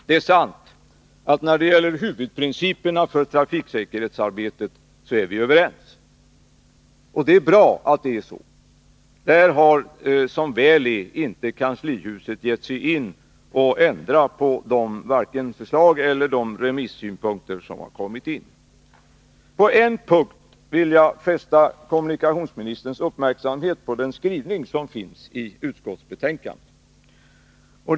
Det är sant att vi när det gäller huvudprinciperna för trafiksäkerhetsarbetet är överens. Det är bra att det är så. Där har som väl är inte kanslihuset gett sig in och ändrat vare sig på de förslag eller de remissyttranden som har kommit in. På en punkt vill jag fästa kommunikationsministerns uppmärksamhet på skrivningen i utskottets betänkande.